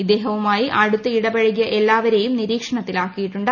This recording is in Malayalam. ഇദ്ദേഹവുമായി അടുത്ത് ഇടപഴകിയ എല്ലാവരെയും നിരീക്ഷത്തിലാക്കിയിട്ടുണ്ട്